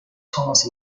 thomas